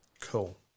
Cool